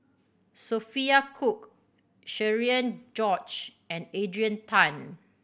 Sophia Cooke Cherian George and Adrian Tan